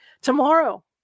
Tomorrow